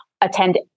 Attend